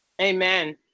Amen